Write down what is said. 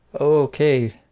Okay